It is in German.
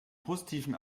positiven